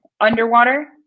underwater